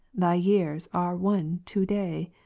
thy years are one to-day.